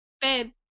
bed